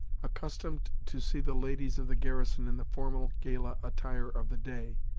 accustomed to see the ladies of the garrison in the formal, gala attire of the day,